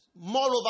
moreover